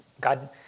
God